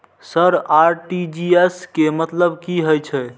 Sir RTGS के मतलब की हे छे?